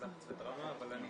אבל אני